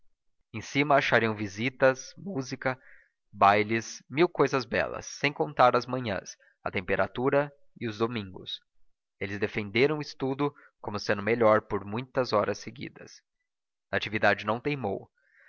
em cima achariam visitas música bailes mil cousas belas sem contar as manhãs a temperatura e os domingos eles defenderam o estudo como sendo melhor por muitas horas seguidas natividade não teimou